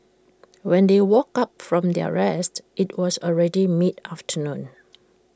when they woke up from their rest IT was already mid afternoon